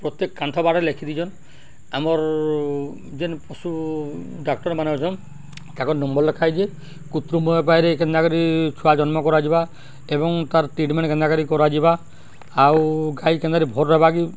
ପ୍ରତ୍ୟେକ କାନ୍ଥ ବାଡ଼ରେ ଲେଖିଦିଛନ୍ ଆମର୍ ଯେନ୍ ପଶୁ ଡାକ୍ତର ମାନେ ଅଛନ୍ ତାଙ୍କର୍ ନମ୍ବର ଲେଖାହେଇଛେ କୃତ୍ରିମ ବାଇରେ କେନ୍ତା କରି ଛୁଆ ଜନ୍ମ କରାଯିବା ଏବଂ ତା'ର ଟ୍ରିଟମେଣ୍ଟ କେନ୍ତା କରି କରାଯିବା ଆଉ ଗାଈ କେନ୍ତାରେ ଭର ବାଗି